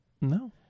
No